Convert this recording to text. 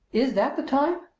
is that the time?